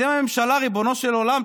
אתם הממשלה, ריבונו של עולם.